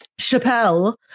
Chappelle